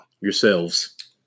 Yourselves